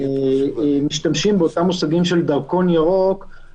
כל דבר שיחזיר את המשק שלנו לפעילות הוא מבורך,